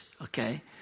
okay